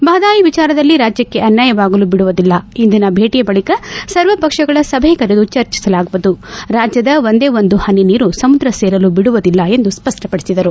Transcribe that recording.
ಮಹದಾಯಿ ವಿಚಾರದಲ್ಲಿ ರಾಜ್ಯಕ್ಷೆ ಅನ್ನಾಯವಾಗಲು ಬಿಡುವುದಿಲ್ಲ ಇಂದಿನ ಭೇಟಿ ಬಳಿಕ ಸರ್ವ ಪಕ್ಷಗಳ ಸಭೆ ಕರೆದು ಚರ್ಚಿಸಲಾಗುವುದು ರಾಜ್ಯದ ಒಂದೇ ಒಂದು ಹನಿ ನೀರು ಸಮುದ್ರ ಸೇರಲು ಬಿಡುವುದಿಲ್ಲ ಎಂದು ಸ್ವಪ್ಪಪಡಿಸಿದರು